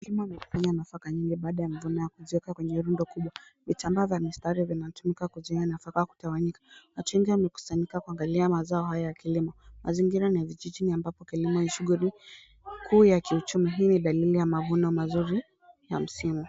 Mkulima amekusanya nafaka mingi baada ya kuvuna na kuziweka kwenye rundo kubwa. Vitambaa vya mistari vinatumika kuzuia nafaka kutawanyika. Watu wengi wamekusanyika kuangalia mazao hayo ya kilimo. Mazingira ni ya vijijini ambapo kilimo ni shughuli kuu ya kiuchumi. Hii ni dalili ya mavuno mazuri ya msimu.